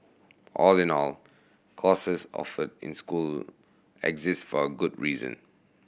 all in all courses offered in school exist for a good reason